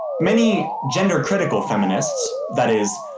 many gender critical feminists, that is,